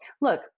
Look